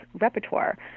repertoire